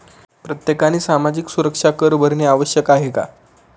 प्रत्येकाने सामाजिक सुरक्षा कर भरणे आवश्यक आहे का?